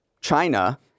China